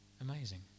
Amazing